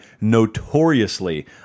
notoriously